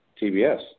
TBS